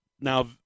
Now